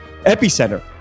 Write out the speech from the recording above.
epicenter